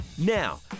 Now